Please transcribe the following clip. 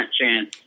chance